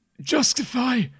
justify